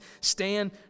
stand